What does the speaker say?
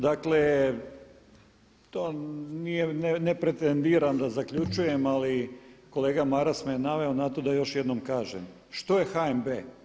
Dakle, to nije, ne pretendiram da zaključujem ali kolega Maras me naveo na to da još jednom kažem što je HNB?